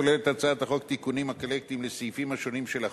הצעת החוק כוללת תיקונים אקלקטיים לסעיפים שונים של החוק,